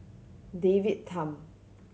David Tham